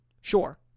Sure